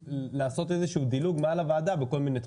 לעשות דילוג מעל הוועדה בכל מיני תחומים.